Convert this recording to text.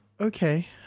okay